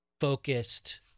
focused